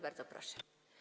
Bardzo proszę.